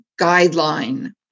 guideline